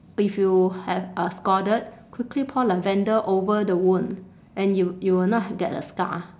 if you have uh scalded quickly pour lavender over the wound and you you will not get a scar